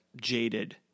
jaded